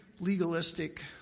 legalistic